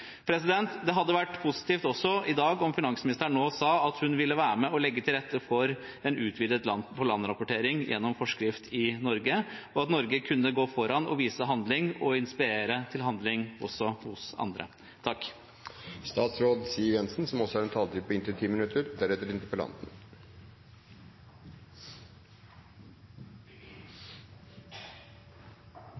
Det hadde også vært positivt om finansministeren i dag sa at hun ville være med på å legge til rette for en utvidet land-for-land-rapportering gjennom forskrift i Norge, og at Norge kunne gå foran, vise handling og inspirere til handling også hos andre. La meg først få takke representanten Wickholm for å rette søkelyset mot to så viktige temaer som